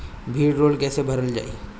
भीडरौल कैसे भरल जाइ?